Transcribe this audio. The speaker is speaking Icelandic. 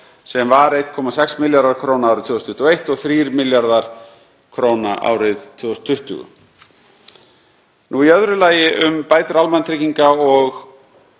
sem var 1,6 milljarðar kr. árið 2021 og 3 milljarðar kr. árið 2020. Í öðru lagi, um bætur almannatrygginga og